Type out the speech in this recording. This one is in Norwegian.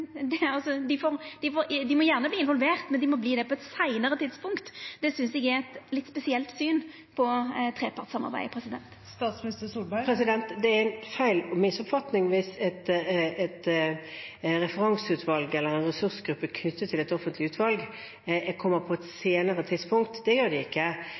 på eit seinare tidspunkt. Det synest eg er eit litt spesielt syn på trepartssamarbeidet. Det er en feil og en misoppfatning at et referanseutvalg eller en ressursgruppe for et offentlig utvalg kommer inn på et senere tidspunkt. Det gjør de ikke.